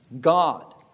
God